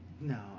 No